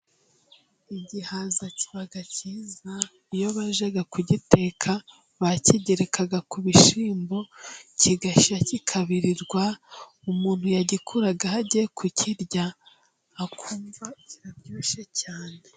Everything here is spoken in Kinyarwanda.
Igihaza kiba cyiza， iyo bajyaga kugiteka，，bakigerekaga ku bishyimbo， kigashya kikabirirwa， umuntu yagikuragaho agiye kukirya. akumva kiraryoshye cyane.